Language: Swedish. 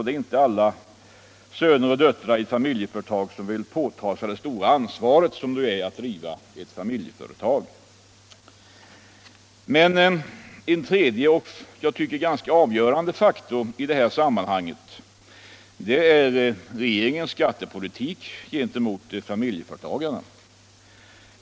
Det är inte alla söner och döttrar som vill påta sig det stora ansvar som det innebär att driva ett familjeföretag. En tredje och som jag tror ganska avgörande faktor i detta sammanhang är regeringens skattepolitik gentemot familjeföretagarna.